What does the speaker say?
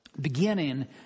beginning